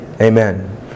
Amen